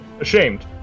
ashamed